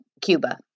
Cuba